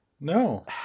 No